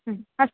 अस्तु